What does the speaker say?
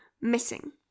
missing